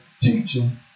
teaching